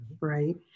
right